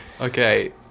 Okay